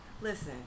listen